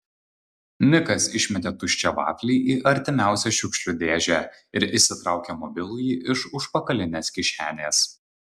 nikas išmetė tuščią vaflį į artimiausią šiukšlių dėžę ir išsitraukė mobilųjį iš užpakalinės kišenės